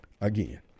again